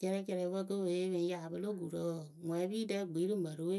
Cɛrɛcɛrɛpǝ kɨ pɨ pe yi pɨŋ yaa pɨlɔ gurǝ ŋwɛpiɖɛ gbii rɨ mǝrǝ we